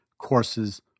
courses